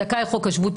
זכאי חוק השבות,